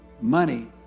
money